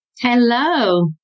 Hello